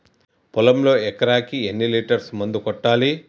పొలంలో ఎకరాకి ఎన్ని లీటర్స్ మందు కొట్టాలి?